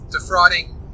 defrauding